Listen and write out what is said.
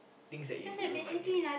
things that you you don't like really